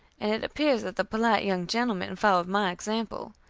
and it appears that the polite young gentleman followed my example.